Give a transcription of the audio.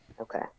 okay